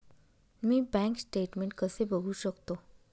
मी bank statement कसे बघू शकतो?